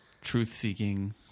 truth-seeking